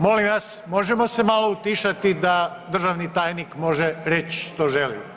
Molim vas, možemo se malo utišati da državni tajnik reć što želi?